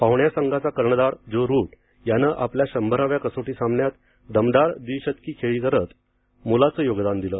पाहुण्या संघाचा कर्णधार ज्यो रूट यानं आपल्या शंभराव्या कसोटी सामन्यात दमदार द्वीशतकी खेळी करत मोलाचं योगदान दिलं